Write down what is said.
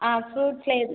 ஆ ஃப்ரூட்ஸில் எது